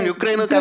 Ukraine